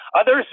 Others